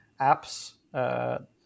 apps